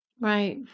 Right